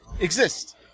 exist